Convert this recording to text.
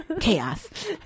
Chaos